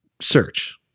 search